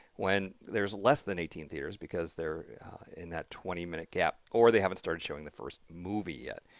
when there's less than eighteen theaters, because they're in that twenty minute gap or they haven't started showing the first movie yet.